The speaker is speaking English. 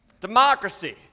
Democracy